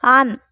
on